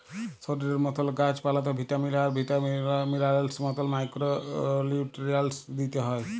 শরীরের মতল গাহাচ পালাতেও ভিটামিল আর মিলারেলসের মতল মাইক্রো লিউট্রিয়েল্টস দিইতে হ্যয়